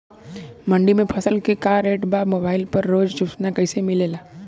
मंडी में फसल के का रेट बा मोबाइल पर रोज सूचना कैसे मिलेला?